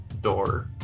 door